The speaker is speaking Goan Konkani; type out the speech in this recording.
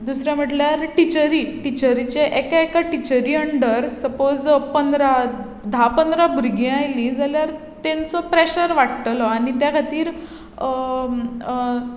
दुसरें म्हणल्यार टिचरी टिचरीचें एका एका टिचरी अंडर सपोज पंदरा धा पंदरा भुरगीं आयलीं जाल्यार तांचो प्रेशर वाडटलो आनी त्या खातीर